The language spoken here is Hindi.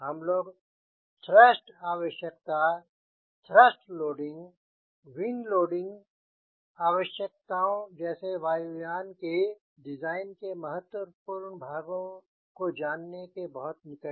हम लोग थ्रस्ट आवश्यकता थ्रस्ट लोडिंग विंग लोडिंग आवश्यकताओं जैसे वायुयान के डिज़ाइन के महत्वपूर्ण भागों को जानने के बहुत निकट है